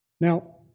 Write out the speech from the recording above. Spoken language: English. Now